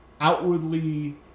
outwardly